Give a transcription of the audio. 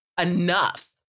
enough